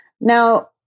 Now